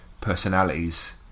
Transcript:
personalities